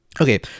Okay